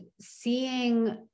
seeing